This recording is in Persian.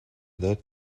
داد